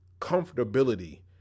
comfortability